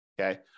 Okay